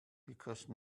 because